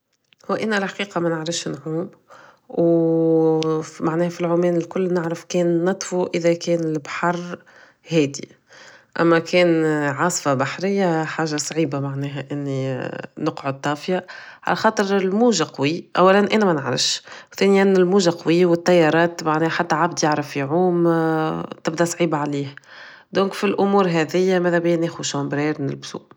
هو انا الحقيقة منعرفش نعوم و معناه فالعومان الكل نعرف كان نطفو اذا كان البحر هادي اما كان عاصفة بحرية حاجة صعيبة معناها اني نقعد طافية على خاطر الموج قوي اولا انا منعرفش ثانيا الموج قوي و تيارات معناه حتى عبد يعرف يعوم تبدا صعيبة عليه donc فلامور هاديا مدابيا ناخد شمبرار و نلبسو